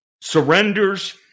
Surrenders